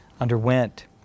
underwent